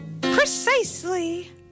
Precisely